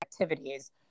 activities